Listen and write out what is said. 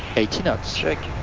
eighty knots, check